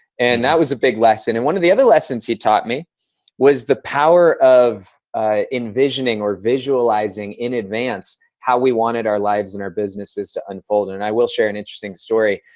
and that was a big lesson. and one of the other lessons he taught me was the power of envisioning or visualizing in advance how we wanted our lives and our businesses to unfold. and i will share an interesting story.